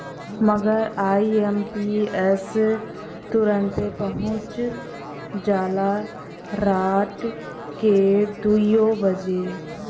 मगर आई.एम.पी.एस तुरन्ते पहुच जाला राट के दुइयो बजे